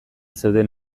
zeuden